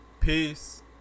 Peace